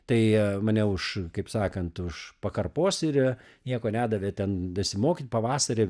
tai mane už kaip sakant už pakarpos ir nieko nedavė ten dasimokyt pavasarį